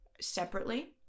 separately